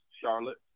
Charlotte